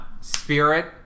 Spirit